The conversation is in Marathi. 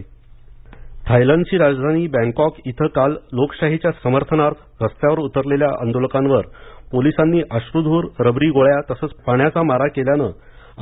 थायलंड आंदोलन थायलंडची राजधानी बँकॉक इथं काल लोकशाहीच्या समर्थनार्थ रस्त्यावर उतरलेल्या आंदोलकांवर पोलिसांनी अश्रूधूर रबरी गोळ्या तसंच पाण्याचा मारा केल्यानं